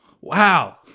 Wow